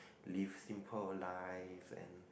live simple life and